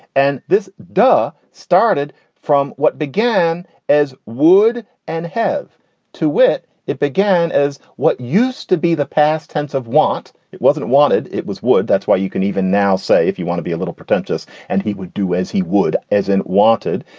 and this da started from what began as wood and have to wit it began as what used to be the past tense of want. it wasn't wanted. it was wood. that's why you can even now say if you want to be a little pretentious. and he would do as he would as an wanted,